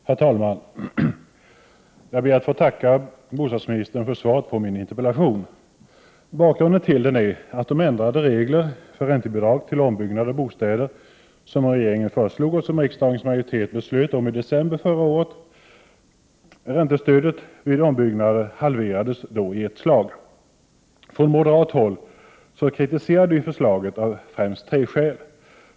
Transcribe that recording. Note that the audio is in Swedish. Herr talman! Jag ber att få tacka bostadsministern för svaret på min interpellation. Bakgrunden till interpellationen är de ändrade regler för räntebidrag till ombyggnad av bostäder som regeringen föreslog och som riksdagens majoritet beslöt om i december förra året. Räntestödet vid ombyggnader halverades då i ett slag. Från moderat håll kritiserade vi förslaget av främst tre skäl.